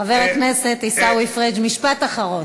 חבר הכנסת עיסאווי פריג', משפט אחרון.